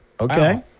Okay